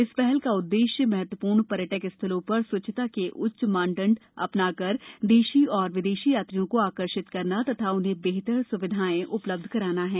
इस हल का उद्देश्य महत्व र्ण र्यटक स्थलों र स्वच्छता के उच्च मानदंड अ ना कर देशी और विदेशी यात्रियों को आकर्षित करना तथा उन्हें बेहतर सुविधाएं उ लब्ध कराना है